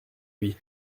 lui